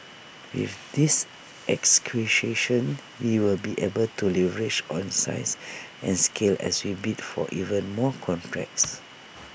with this we will be able to leverage on size and scale as we bid for even more contracts